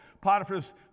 Potiphar's